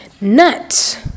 Nuts